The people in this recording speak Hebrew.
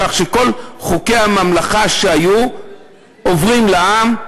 כך שכל חוקי הממלכה שהיו עוברים לעם.